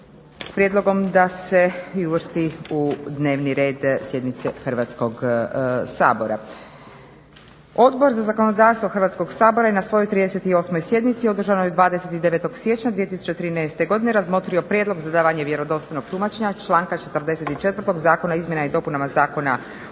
s prijedlogom da se i uvrsti u dnevni red sjednice Hrvatskog sabora. Odbor za zakonodavstvo Hrvatskog sabora je na svojoj 38. sjednici održanoj 29. siječnja 2013. godine razmotrio prijedlog za davanje vjerodostojnog tumačenja članka 44. Zakona o izmjenama i dopunama Zakona o šumama.